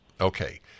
Okay